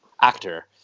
actor